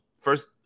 first